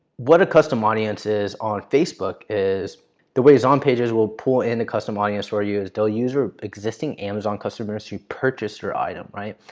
what a custom audience is on facebook is the way zonpages will pull in the custom audience for you is they'll use your existing amazon customers who purchase your item, right?